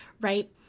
right